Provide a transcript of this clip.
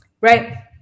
right